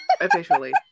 officially